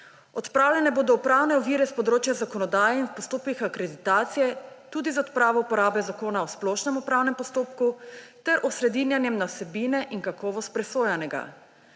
odpravljene bodo pravne ovire s področja zakonodaje in postopkov akreditacije tudi z odpravo uporabe Zakona o splošnem upravnem postopku ter osredinjenjem na vsebine in kakovost presojanega.